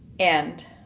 and